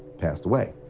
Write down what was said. passed away.